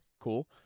cool